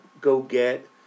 go-get